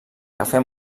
cafè